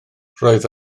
roedd